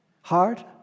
hard